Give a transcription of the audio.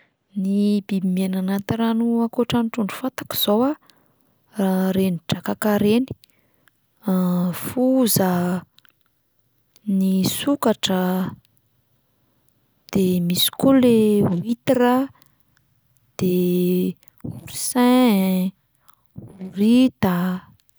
Ny biby miaina anaty rano ankoatra ny trondro fantako zao a: reny drakaka 'reny, foza, ny sokatra, de misy koa le huitre a, de oursin, horita.